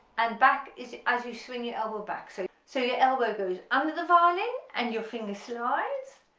and back is as you swing your elbow back so so your elbow goes under the violin and your finger slides,